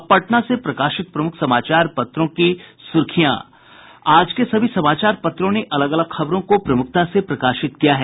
अब पटना से प्रकाशित प्रमुख समाचार पत्रों की सुर्खियां आज के सभी समाचार पत्रों ने अलग अलग खबरों को प्रमुखता से प्रकाशित किया है